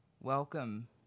welcome